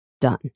done